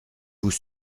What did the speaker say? vous